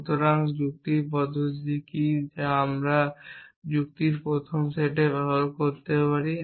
সুতরাং যুক্তির পদ্ধতিটি কী যা আমরা যুক্তির প্রথম সেটে ব্যবহার করতে পারি